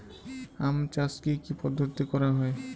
আম চাষ কি কি পদ্ধতিতে করা হয়?